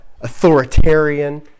authoritarian